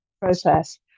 process